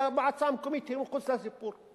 והמועצה המקומית היא מחוץ לסיפור,